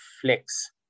flex